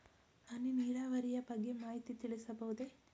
ಹನಿ ನೀರಾವರಿಯ ಬಗ್ಗೆ ಮಾಹಿತಿ ತಿಳಿಸಬಹುದೇ?